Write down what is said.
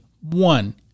one